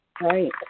right